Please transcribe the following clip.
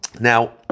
Now